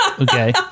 okay